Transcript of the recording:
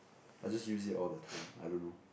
I just use it all the time I don't know